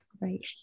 right